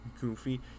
Goofy